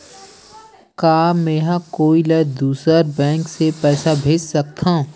का मेंहा कोई ला दूसर बैंक से पैसा भेज सकथव?